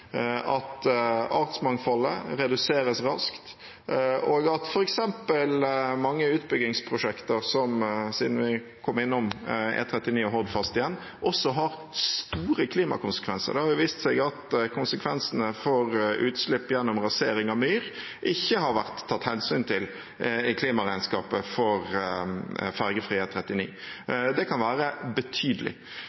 at artsmangfoldet reduseres raskt, og at f.eks. mange utbyggingsprosjekter – siden vi igjen kom innom E39 og Hordfast – også har store klimakonsekvenser. Det har jo vist seg at konsekvensene for utslipp gjennom rasering av myr ikke har vært tatt hensyn til i klimaregnskapet for